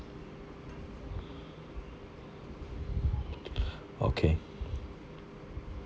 okay